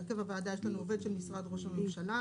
יש לנו עובד של משרד ראש הממשלה,